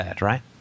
right